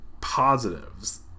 positives